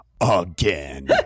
again